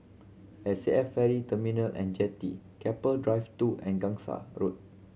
S A F Ferry Terminal And Jetty Keppel Drive Two and Gangsa Road